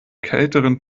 kälteren